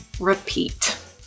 repeat